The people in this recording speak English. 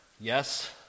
Yes